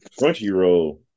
Crunchyroll